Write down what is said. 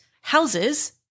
houses